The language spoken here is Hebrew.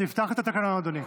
תפתח את התקנון, אדוני.